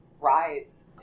rise